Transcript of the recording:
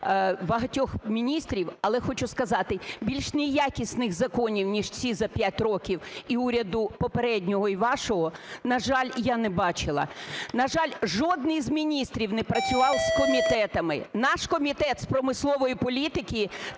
багатьох міністрів, але хочу сказати, більш неякісних законів, ніж ці за 5 років, і уряду попереднього, і вашого, на жаль, я не бачила. На жаль, жоден з міністрів не працював з комітетами. Наш Комітет з промислової політики